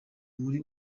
muri